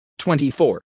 24